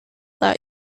that